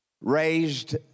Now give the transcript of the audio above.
raised